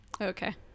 Okay